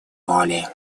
воли